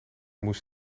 moest